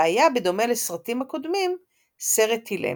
והיה, בדומה לסרטים הקודמים, סרט אילם.